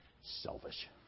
Selfish